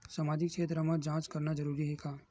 सामाजिक क्षेत्र म जांच करना जरूरी हे का?